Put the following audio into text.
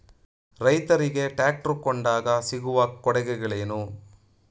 ರೈತರಿಗೆ ಟ್ರಾಕ್ಟರ್ ಕೊಂಡಾಗ ಸಿಗುವ ಕೊಡುಗೆಗಳೇನು?